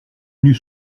venus